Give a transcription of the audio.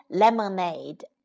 lemonade